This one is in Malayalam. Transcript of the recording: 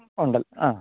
ഉണ്ട് ആ